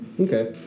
Okay